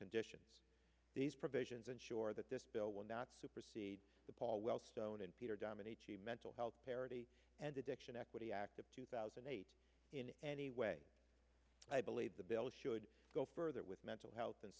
conditions these provisions ensure that this bill will not supersede paul wellstone and peter dominate the mental health parity and addiction equity act of two thousand and eight in any way i believe the bill should go further with mental health and